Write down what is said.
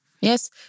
Yes